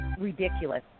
ridiculous